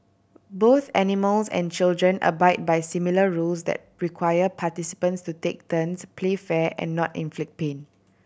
both animals and children abide by similar rules that require participants to take turns play fair and not inflict pain